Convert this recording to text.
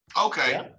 okay